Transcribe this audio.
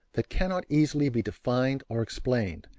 that cannot easily be defined or explained,